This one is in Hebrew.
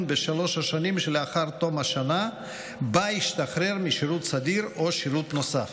בשלוש השנים שלאחר תום השנה שבה השתחרר משירות סדיר או שירות נוסף.